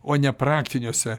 o ne praktiniuose